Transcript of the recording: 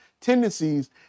tendencies